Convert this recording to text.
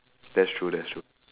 that's true that's true